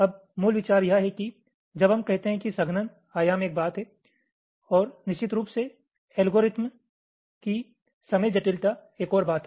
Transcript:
अब मूल विचार यह है कि जब हम कहते हैं कि संघनन आयाम एक बात है और निश्चित रूप से एल्गोरिथ्म की समय जटिलता एक और बात है